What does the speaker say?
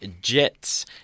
Jets